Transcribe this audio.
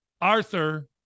Arthur